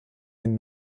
den